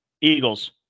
Eagles